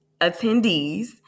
attendees